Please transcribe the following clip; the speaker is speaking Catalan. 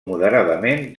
moderadament